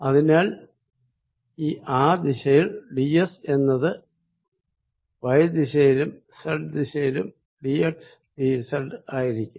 അതിനാൽ ആ ദിശയിൽ ഡി എസ് എന്നത് വൈ ദിശയിലും സെഡ് ദിശയിലും ഡി എക്സ് ഡി സെഡ് ആയിരിക്കും